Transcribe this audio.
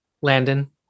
Landon